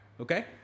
Okay